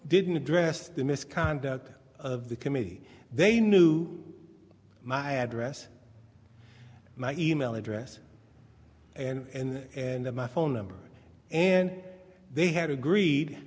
didn't address the misconduct of the committee they knew my address my e mail address and and the my phone number and they have agreed